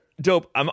dope